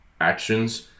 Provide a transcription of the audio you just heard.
actions